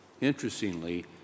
Interestingly